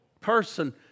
person